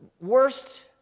worst